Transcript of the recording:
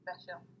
special